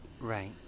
Right